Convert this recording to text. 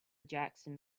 jackson